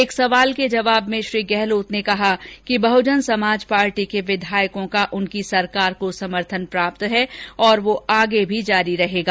एक प्रश्न के जवाब में श्री गहलोत ने कहा कि बहुजन समाज पार्टी के विधायकों का उनकी सरकार को समर्थन प्राप्त है और वो आगे भी जारी रहेगा